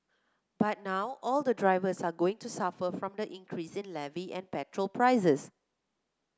but now all the drivers are going to suffer from the increase in levy and petrol prices